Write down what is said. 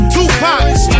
Tupac